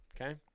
Okay